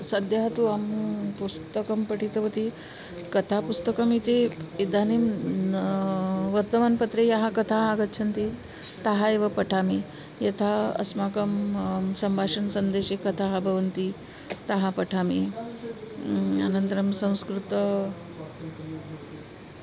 सद्यः तु अहं पुस्तकं पठितवती कथापुस्तकम् इति इदानीं वर्तमानपत्रे याः कथाः आगच्छन्ति ताः एव पठामि यथा अस्माकं सम्भाषणसन्देशे कथाः भवन्ति ताः पठामि अनन्तरं संस्कृते